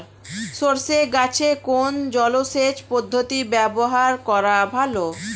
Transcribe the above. সরষে গাছে কোন জলসেচ পদ্ধতি ব্যবহার করা ভালো?